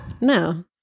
No